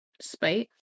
spite